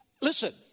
Listen